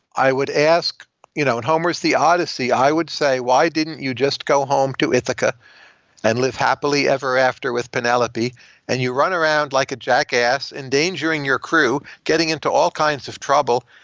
i would ask you know in homer's the odyssey, i would say, why didn't you just go home to ithaca and live happily ever after with penelope and you run around like a jackass endangering your crew getting into all kinds of trouble?